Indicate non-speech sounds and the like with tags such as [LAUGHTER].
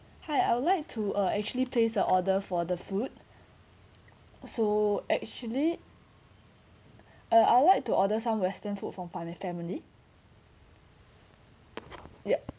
hi I would like to uh actually place a order for the food so actually [BREATH] uh I would like to order some western food for my family ya